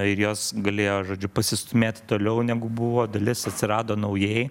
ir jos galėjo žodžiu pasistūmėti toliau negu buvo dalis atsirado naujai